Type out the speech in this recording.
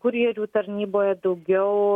kurjerių tarnyboje daugiau